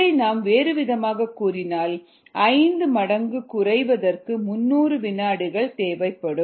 இதை நாம் வேறுவிதமாகக் கூறினால் 5 மடங்கு குறைவதற்கு 300 வினாடிகள் தேவைப்படும்